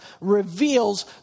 reveals